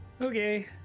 Okay